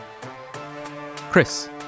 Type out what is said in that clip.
Chris